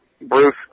Bruce